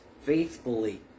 faithfully